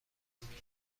پسندین